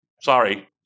sorry